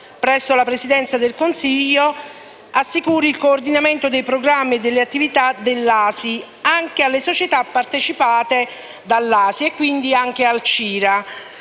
presso la Presidenza del Consiglio, assicuri il coordinamento dei programmi e delle attività dell'ASI nonché delle società partecipate dall'ASI e, quindi, anche al CIRA.